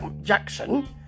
Jackson